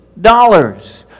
dollars